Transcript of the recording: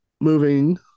moving